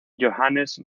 johannes